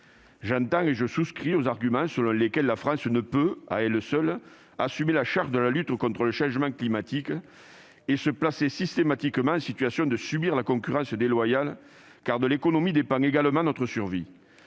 J'entends et je souscris aux arguments selon lesquels la France ne peut, à elle seule, assumer la charge de la lutte contre le changement climatique et se placer systématiquement en situation de subir la concurrence déloyale, car de l'économie dépend également notre survie.